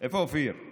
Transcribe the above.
איפה אופיר?